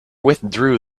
withdrew